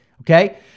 okay